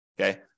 Okay